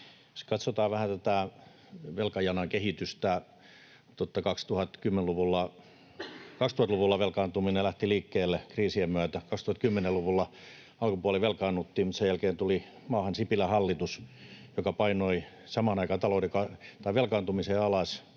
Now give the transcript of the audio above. katsotaan vähän tätä velkajanan kehitystä, niin 2000-luvulla velkaantuminen lähti liikkeelle kriisien myötä. 2010-luvulla alkupuoli velkaannuttiin, mutta sen jälkeen tuli maahan Sipilän hallitus, joka painoi samaan aikaan velkaantumisen alas,